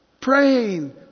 Praying